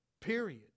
Period